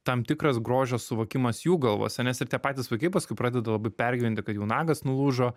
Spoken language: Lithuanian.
tam tikras grožio suvokimas jų galvose nes ir tie patys vaikai paskui pradeda labai pergyventi kad jų nagas nulūžo